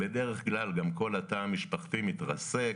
בדרך כלל גם כל התא המשפחתי מתרסק,